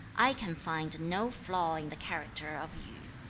i can find no flaw in the character of yu.